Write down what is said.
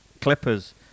Clippers